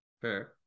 Fair